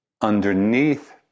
underneath